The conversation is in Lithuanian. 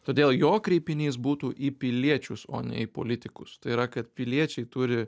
todėl jo kreipinys būtų į piliečius o ne į politikus tai yra kad piliečiai turi